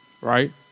right